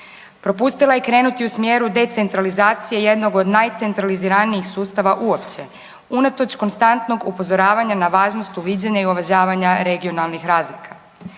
Propustila je krenuti u smjeru decentralizacije jednog od najcentraliziranijih sustava uopće, unatoč konstantnog upozoravanja na važno uviđanja i uvažavanja regionalnih razlika.